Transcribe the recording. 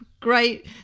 great